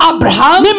Abraham